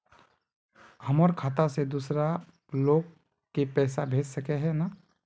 हमर खाता से दूसरा लोग के पैसा भेज सके है ने?